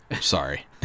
Sorry